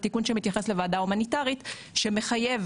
בתיקון שמתייחס לוועדה הומניטרית שמחייב